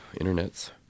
internets